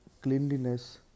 cleanliness